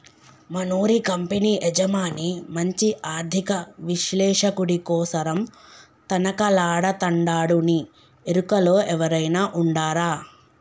మనూరి కంపెనీ యజమాని మంచి ఆర్థిక విశ్లేషకుడి కోసరం తనకలాడతండాడునీ ఎరుకలో ఎవురైనా ఉండారా